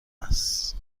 است